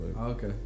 okay